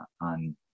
on